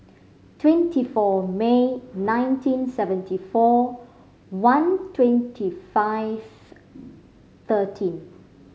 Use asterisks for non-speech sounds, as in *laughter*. twenty four May nineteen seventy four one twenty five *unintelligible* thirteen